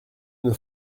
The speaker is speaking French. nos